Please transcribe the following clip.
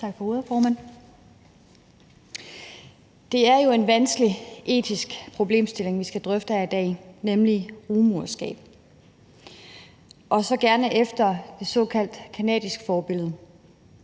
Det er jo en vanskelig etisk problemstilling, vi skal drøfte her i dag, nemlig rugemoderskab, og så gerne efter det såkaldt canadiske forbillede.